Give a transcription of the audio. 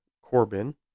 Corbin